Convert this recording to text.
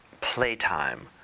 playtime